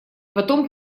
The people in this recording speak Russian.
потом